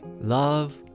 love